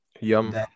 Yum